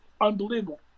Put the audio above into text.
unbelievable